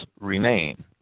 remain